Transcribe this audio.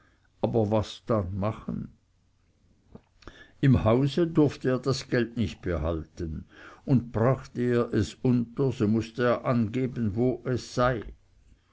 aber was dann machen im hause durfte er das geld nicht behalten und brachte er es unter so mußte er angeben wo es sei